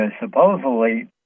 supposedly